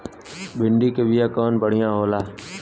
भिंडी के बिया कवन बढ़ियां होला?